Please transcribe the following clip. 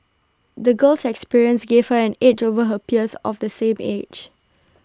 the girl's experiences gave her an edge over her peers of the same age